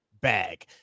bag